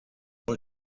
all